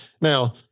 Now